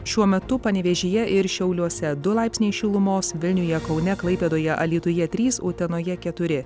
šiuo metu panevėžyje ir šiauliuose du laipsniai šilumos vilniuje kaune klaipėdoje alytuje trys utenoje keturi